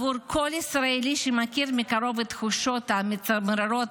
בעבור כל ישראלי שמכיר מקרוב את התחושות המצמררות